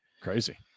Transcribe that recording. Crazy